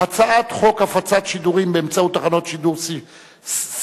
הצעת חוק הפצת שידורים באמצעות תחנות שידור ספרתיות,